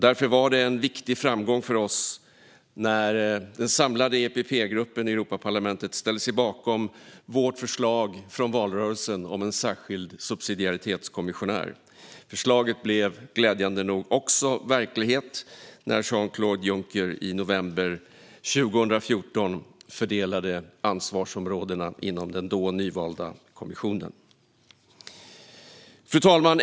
Därför var det en viktig framgång när den samlade EPP-gruppen i Europaparlamentet ställde sig bakom vårt förslag från valrörelsen om en särskild subsidiaritetskommissionär. Förslaget blev glädjande nog också verklighet när Jean-Claude Juncker i november 2014 fördelade ansvarsområdena i den då nyvalda kommissionen. Fru talman!